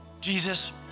Jesus